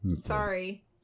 Sorry